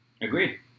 Agreed